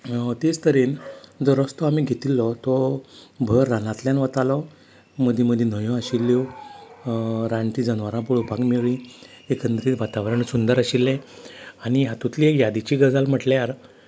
तेच तरेन जो रस्तो आमी घेतिल्लो तो भर रानांतल्यान वतालो मदीं मदीं न्हंयो आशिल्ल्यो रानटी जनवरां पळोपाक मेळ्ळीं एकंदरीत वातावरण सुंदर आशिल्लें आनी हातूंतली एक यादीची गजाल म्हटल्यार